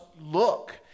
Look